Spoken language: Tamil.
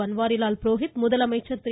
பன்வாரிலால் புரோகித் முதலமைச்சர் திரு